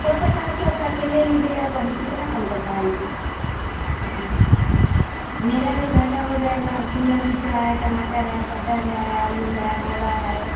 सौ पचास कम कर के ले लीजिए अब हम कितना कम कर पाएँगे हाँ मेरा ही घाटा हो जाएगा शिमला मिर्चा है टमाटर है मटर है आलू है बोड़ा है